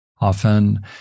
often